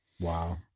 Wow